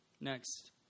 Next